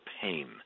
pain